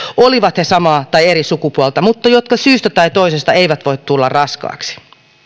olivat he samaa tai eri sukupuolta mutta jotka syystä tai toisesta eivät voi tulla raskaaksi